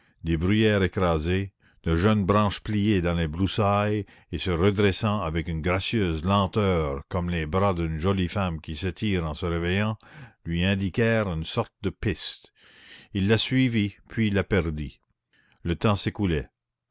des bruyères écrasées de jeunes branches pliées dans les broussailles et se redressant avec une gracieuse lenteur comme les bras d'une jolie femme qui s'étire en se réveillant lui indiquèrent une sorte de piste il la suivit puis il la perdit le temps s'écoulait